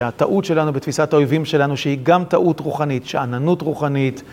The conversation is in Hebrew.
הטעות שלנו בתפיסת האויבים שלנו שהיא גם טעות רוחנית, שאננות רוחנית.